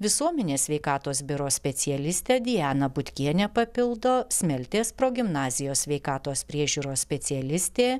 visuomenės sveikatos biuro specialistė diana butkienė papildo smeltės progimnazijos sveikatos priežiūros specialistė